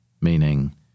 meaning